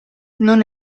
non